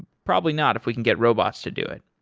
probably not, if we can get robots to do it.